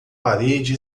parede